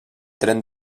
tren